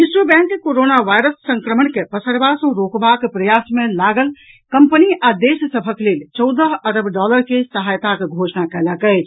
विश्व bank coronavirus संक्रमणक पसरबा सॅ रोकबाक प्रयास मे लागल कंपनी आ देश सभक लेल चौदह अरब डॉलर के सहायताक घोषणा कयलक अछि